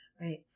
Right